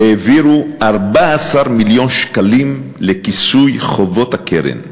העבירו 14 מיליון שקלים לכיסוי חובות הקרן,